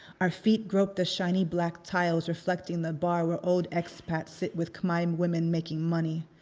our feet grope the shiny black tiles reflecting the bar where old expats it with khmer women making money.